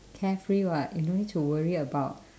carefree [what] you no need to worry about